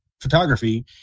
photography